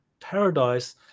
paradise